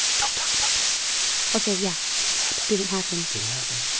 don't talk about peanuts ok. yeah didn't happen didn't happen didn't happen.